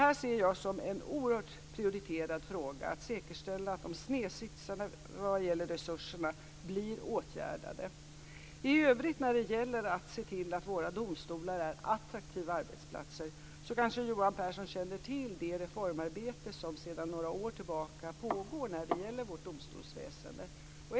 Jag ser det som en oerhört starkt prioriterad fråga att säkerställa att snedfördelningen av resurser blir åtgärdad. I övrigt när det gäller att se till att domstolarna blir attraktiva arbetsplatser kanske Johan Pehrson känner till det reformarbete som sedan några år tillbaka pågår i fråga om vårt domstolsväsende.